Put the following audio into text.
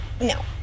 no